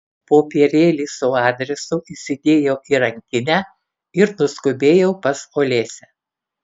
popierėlį su adresu įsidėjau į rankinę ir nuskubėjau pas olesią